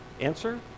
Answer